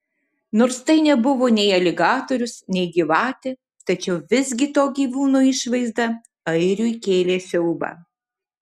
nors tai nebuvo nei aligatorius nei gyvatė tačiau visgi to gyvūno išvaizda airiui kėlė siaubą